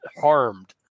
harmed